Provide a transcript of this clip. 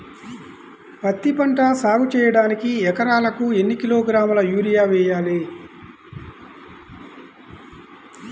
పత్తిపంట సాగు చేయడానికి ఎకరాలకు ఎన్ని కిలోగ్రాముల యూరియా వేయాలి?